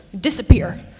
disappear